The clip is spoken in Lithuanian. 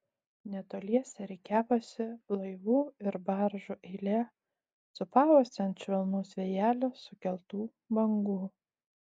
netoliese rikiavosi laivų ir baržų eilė sūpavosi ant švelnaus vėjelio sukeltų bangų